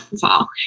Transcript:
fall